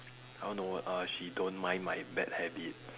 I want to err she don't mind my bad habits